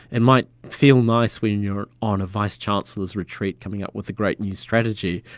and might feel nice when you are on a vice chancellors' retreat, coming up with a great new strategy,